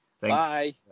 Bye